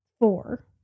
four